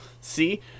see